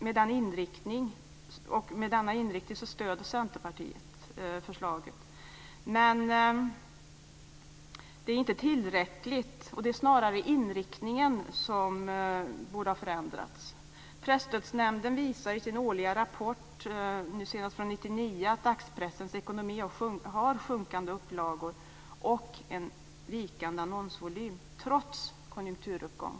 Med den inriktningen stöder Centerpartiet förslaget. Men det är inte tillräckligt, och det är snarare inriktningen som borde ha förändrats. Presstödsnämnden visade i sin senaste årliga rapport från 1999 att dagspressen har sjunkande upplagor och en vikande annonsvolym trots konjunkturuppgång.